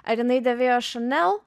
ar jinai dėvėjo šanel